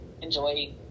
enjoy